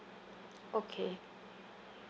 okay